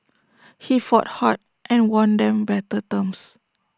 he fought hard and won them better terms